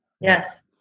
yes